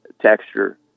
texture